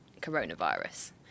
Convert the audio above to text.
coronavirus